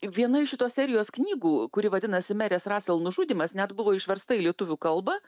viena iš šitos serijos knygų kuri vadinasi merės rasel nužudymas net buvo išversta į lietuvių kalbą